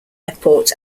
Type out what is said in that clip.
airport